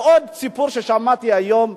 ועוד סיפור ששמעתי היום,